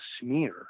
smear